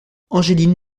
angeline